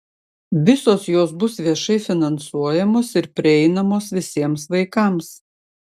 visos jos bus viešai finansuojamos ir prieinamos visiems vaikams